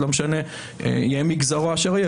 יהא מגזרו אשר יהא,